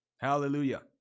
Hallelujah